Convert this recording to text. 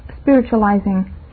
spiritualizing